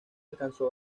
alcanzó